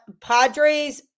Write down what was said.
Padres